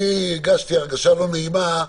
אני הרגשתי הרגשה לא נעימה,